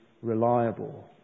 reliable